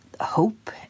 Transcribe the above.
Hope